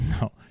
No